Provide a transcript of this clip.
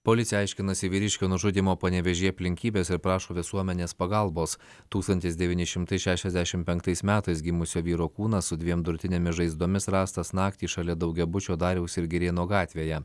policija aiškinasi vyriškio nužudymo panevėžyje aplinkybes ir prašo visuomenės pagalbos tūkstantis devyni šimtai šešiasdešim penktais metais gimusio vyro kūnas su dviem durtinėmis žaizdomis rastas naktį šalia daugiabučio dariaus ir girėno gatvėje